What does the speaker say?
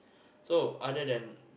so other than